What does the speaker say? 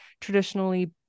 traditionally